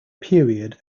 period